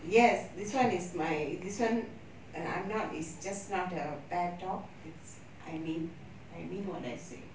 yes this one is my this one I'm not it's just now the bear talk it's I mean I mean what I say